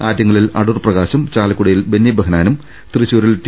ആറ്റിങ്ങലിൽ അടൂർ പ്രകാശും ചാലക്കുടിയിൽ ബെന്നി ബെഹ നാനും തൃശൂരിൽ ടി